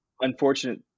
unfortunate